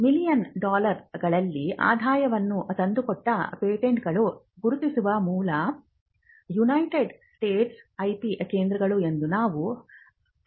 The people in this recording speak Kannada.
ಮಿಲಿಯನ್ ಡಾಲರ್ಗಳಲ್ಲಿ ಆದಾಯವನ್ನು ತಂದುಕೊಟ್ಟ ಪೇಟೆಂಟ್ಗಳನ್ನು ಗುರುತಿಸುವ ಮೂಲ ಯುನೈಟೆಡ್ ಸ್ಟೇಟ್ಸ್ ಐಪಿ ಕೇಂದ್ರಗಳು ಎಂದು ನಾವು ತಿಳಿದುಕೊಂಡಿದ್ದೇವೆ